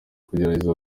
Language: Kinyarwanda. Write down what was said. kugerageza